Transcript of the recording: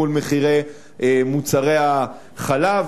מול מחירי מוצרי החלב.